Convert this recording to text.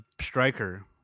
striker